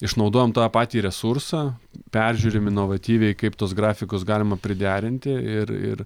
išnaudojam tą patį resursą peržiūrim inovatyviai kaip tuos grafikus galima priderinti ir ir